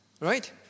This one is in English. Right